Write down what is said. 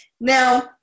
Now